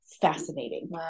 fascinating